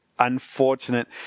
unfortunate